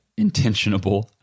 intentionable